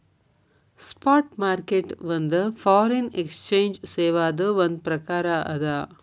spot market ಒಂದ್ foreign exchange ಸೇವಾದ್ ಒಂದ್ ಪ್ರಕಾರ ಅದ